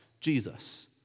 Jesus